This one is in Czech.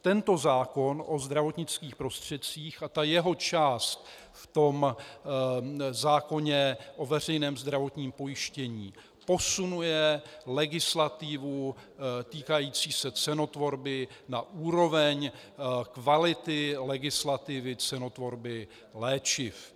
Tento zákon o zdravotnických prostředcích a jeho část v zákoně o veřejném zdravotním pojištění posunuje legislativu týkající se cenotvorby na úroveň kvality legislativy cenotvorby léčiv.